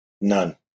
None